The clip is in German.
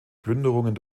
plünderungen